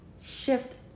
shift